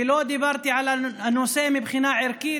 ולא דיברתי על הנושא מבחינה ערכית.